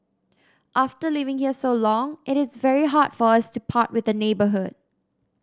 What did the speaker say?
after living here so long it is very hard for us to part with the neighbourhood